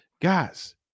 guys